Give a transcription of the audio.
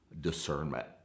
discernment